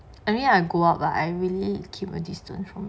I mean I go out lah I really keep a distance from